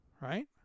right